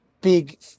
big